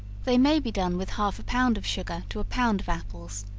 they may be done with half a pound of sugar to a pound of apples,